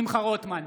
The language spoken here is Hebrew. שמחה רוטמן,